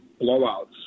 blowouts